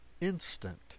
instant